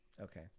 Okay